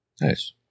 Nice